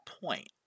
point